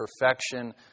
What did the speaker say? perfection